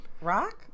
rock